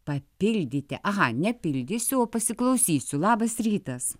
papildyti aha nepildysiu o pasiklausysiu labas rytas